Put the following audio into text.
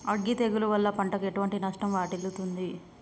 అగ్గి తెగులు వల్ల పంటకు ఎటువంటి నష్టం వాటిల్లుతది?